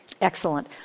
Excellent